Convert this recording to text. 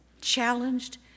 challenged